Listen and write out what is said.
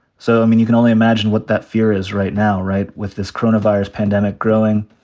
so, i mean, you can only imagine what that fear is right now, right, with this coronavirus pandemic growing,